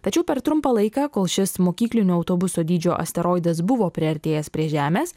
tačiau per trumpą laiką kol šis mokyklinio autobuso dydžio asteroidas buvo priartėjęs prie žemės